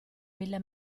mille